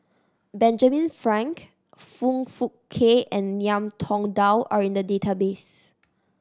Benjamin Frank Foong Fook Kay and Ngiam Tong Dow are in the database